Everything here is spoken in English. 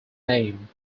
name